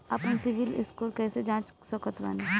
आपन सीबील स्कोर कैसे जांच सकत बानी?